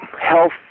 health